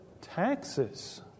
taxes